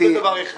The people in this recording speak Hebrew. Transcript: זה דבר אחד.